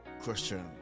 question